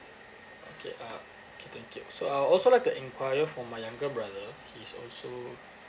okay uh okay thank you so I'll also like to enquire for my younger brother he's also